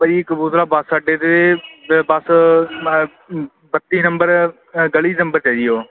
ਬਈ ਦੂਸਰਾ ਬੱਸ ਅੱਡੇ 'ਤੇ ਬਸ ਬੱਤੀ ਨੰਬਰ ਗਲੀ ਨੰਬਰ 'ਚ ਹੈ ਜੀ ਉਹ